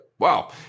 Wow